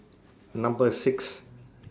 Number six